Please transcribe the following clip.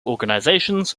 organisations